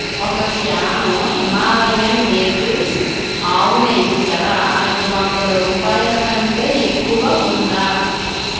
ఒక can Himalayan natives ఆవు నెయ్యి ధర ఐదు వందల రూపాయలకంటే ఎక్కువ ఉందా